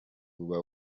uba